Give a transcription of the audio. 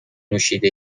نوشیده